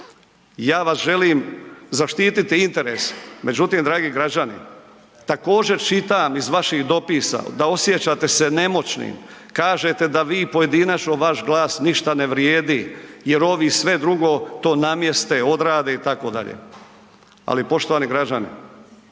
ja vaš želim zaštititi interes. Međutim, dragi građani također čitam iz vašim dopisa da osjećate se nemoćnim, kažete da vi pojedinačno vaš glas ništa ne vrijedi jer ovi sve drugo to namjeste, odrade itd., ali poštovani građani